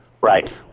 Right